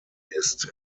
ist